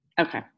okay